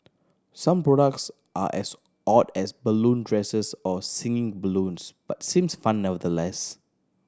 some products are as odd as balloon dresses or singing balloons but seems fun nevertheless